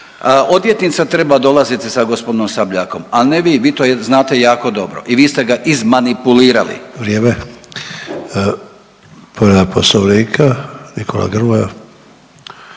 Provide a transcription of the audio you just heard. Odvjetnica treba dolaziti sa g. Sabljakom, a ne vi, vi to znate jako dobro i vi ste ga izmanipulirali. **Sanader, Ante (HDZ)** Vrijeme. Povreda Poslovnika, Nikola Grmoja.